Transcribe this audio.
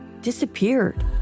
disappeared